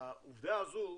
העובדה הזו,